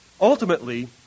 ultimately